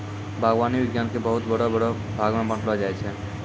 बागवानी विज्ञान के बहुते बड़ो बड़ो भागमे बांटलो जाय छै